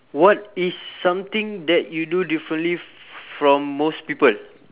what is something that you do differently f~ from most people